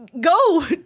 go